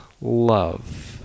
love